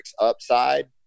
upside